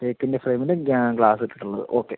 തേക്കിൻ്റ ഫ്രെയിമിന് ഗ്യാ ഗ്ലാസ് ഇട്ടിട്ട് ഉള്ളത് ഓക്കെ